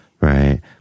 Right